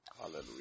Hallelujah